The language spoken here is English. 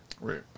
Right